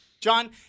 John